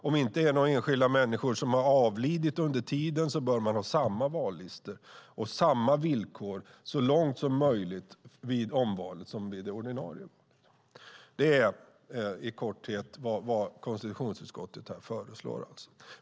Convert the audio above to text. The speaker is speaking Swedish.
Om det inte är några enskilda människor som har avlidit under tiden bör man ha samma vallistor och så långt som möjligt samma villkor vid omvalet som vid det ordinarie. Detta är i korthet vad konstitutionsutskottet här föreslår.